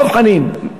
דב חנין.